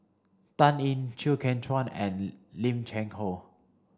Dan Ying Chew Kheng Chuan and Lim Cheng Hoe